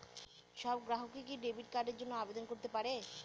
সব গ্রাহকই কি ডেবিট কার্ডের জন্য আবেদন করতে পারে?